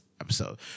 episode